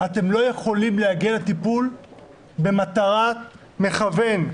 אבל אתם לא יכולים להגיע לטיפול במטרת מכוון,